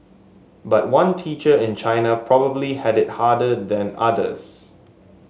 but one teacher in China probably had it harder than others